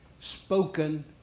Spoken